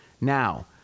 Now